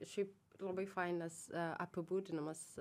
šiaip labai fainas apibūdinamas